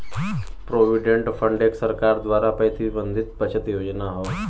provident fund एक सरकार द्वारा प्रबंधित बचत योजना हौ